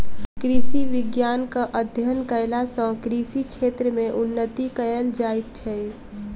कृषि विज्ञानक अध्ययन कयला सॅ कृषि क्षेत्र मे उन्नति कयल जाइत छै